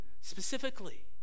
specifically